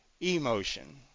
emotion